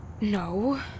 No